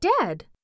dead